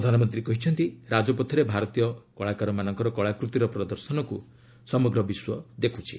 ପ୍ରଧାନମନ୍ତ୍ରୀ କହିଛନ୍ତି ରାଜପଥରେ ଭାରତୀୟ କଳାକାରମାନଙ୍କର କଳାକୂତିର ପ୍ରଦର୍ଶନକୁ ସମଗ୍ର ବିଶ୍ୱ ଦେଖୁଛି